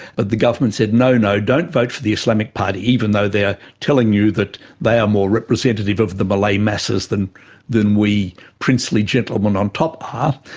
but the government said, no, no, don't vote for the islamic party, even though they are telling you that they are more representative of the malay masses than than we princely gentlemen on top are,